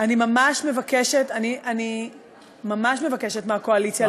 אני ממש מבקשת מהקואליציה להרגיע שם,